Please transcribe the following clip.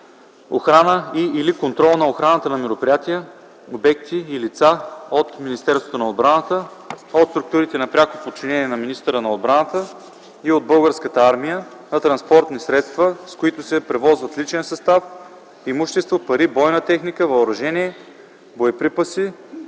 охрана и/или контрол на охраната на мероприятия, обекти и лица от Министерството на отбраната, от структурите на пряко подчинение на министъра на отбраната и от Българската армия на транспортни средства, с които се превозват личен състав, имущество, пари, бойна техника, въоръжение, боеприпаси